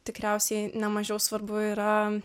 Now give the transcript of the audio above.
tikriausiai ne mažiau svarbu yra